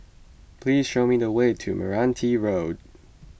please show me the way to Meranti Road